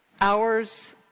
Hours